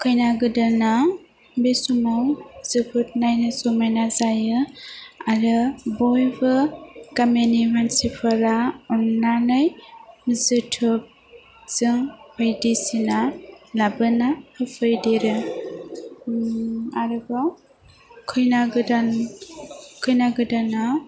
खैना गोदाना बे समाव जोबोद नायनो समायना जायो आरो बयबो गामिनि सानसिफोरा अन्नानै जोथोबजों बायदिसिना लाबोना होफैदेरो आरोबाव खैना गोदान खैना गोदाना